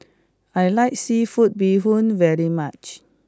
I like seafood Bee Hoon very much